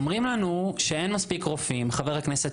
אומרים לנו שאין מספיק רופאים חבר הכנסת,